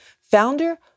founder